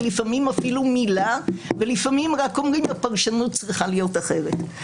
ולפעמים אפילו מילה ולפעמים רק אומרים שהפרשנות צריכה להיות אחרת.